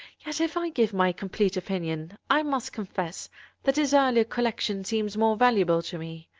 yet, if i give my complete opinion, i must confess that his earlier collection seems more valuable to me.